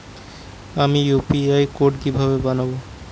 আমি UPI code কিভাবে বানাব?